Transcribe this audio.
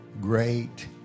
great